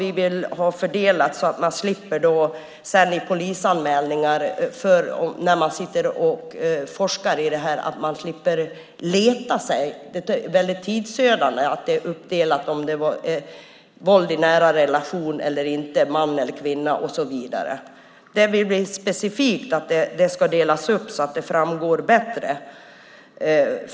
Vi vill ha den fördelad så att man slipper sitta och leta sig fram i polisanmälningar när man sitter och forskar. Det är tidsödande när det inte är uppdelat i våld i nära relationer eller inte, man eller kvinna och så vidare. Vi vill specifikt att detta ska delas upp så att det framgår bättre.